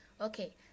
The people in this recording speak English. Okay